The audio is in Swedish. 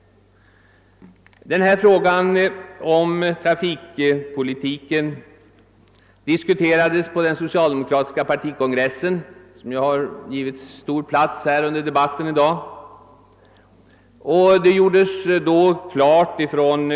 Trafikpolitiken diskuterades på den socialdemokratiska partikongressen, som har givits stor plats under debatten i dag.